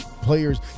Players